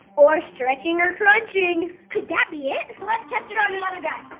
or stretching or crunching? could that be it? let test it on another guy.